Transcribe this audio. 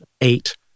eight